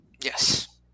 Yes